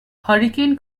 hurricane